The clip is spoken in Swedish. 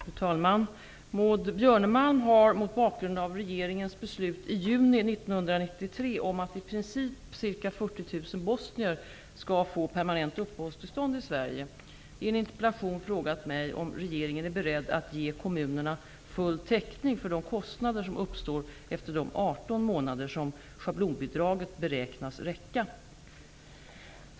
Fru talman! Maud Björnemalm har mot bakgrund av regeringens beslut i juni 1993 om att i princip ca 40 000 bosnier skall få permanent uppehållstillstånd i Sverige, i en interpellation frågat mig om regeringen är beredd att ge kommunerna full täckning för de kostnader som uppstår efter de 18 månader som schablonbidraget beräknas täcka.